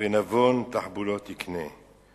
ונבון תחבלות יקנה.